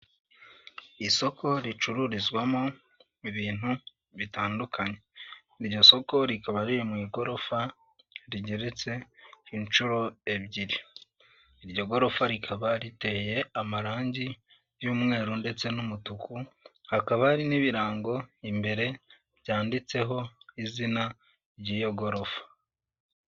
Isoko ricururizwamo ibintu bitandukanye. Iryo soko rikaba riri mu igorofa rigeretse inshuro ebyiri. Iryo gorofa rikaba riteye amarangi y'umweru ndetse n'umutuku, hakaba hari n'ibirango imbere byanditseho izina ry'iyo gorofa.